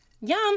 Yum